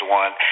one